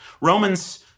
Romans